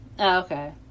Okay